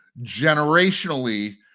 generationally